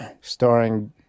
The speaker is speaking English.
Starring